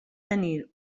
tenir